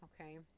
okay